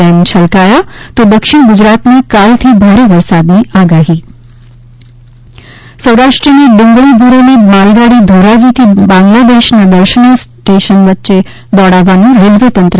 dam છલકાયાં તો દક્ષિણ ગુજરાત માં કાલથી ભારે વરસાદ ની આગાહી સૌરાષ્ટ્રની ડુંગળી ભરેલી માલગાડી ધોરાજી થી બાંગલાદેશ ના દર્શના સ્ટેશન વચ્ચે દોડાવવાનો રેલ્વે તંત્ર